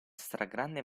stragrande